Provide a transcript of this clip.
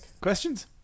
Questions